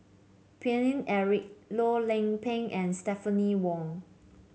Paine Eric Loh Lik Peng and Stephanie Wong